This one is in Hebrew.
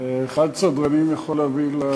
המשרד ומיתוגו מחדש,